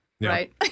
Right